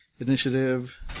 initiative